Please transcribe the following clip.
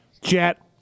Jet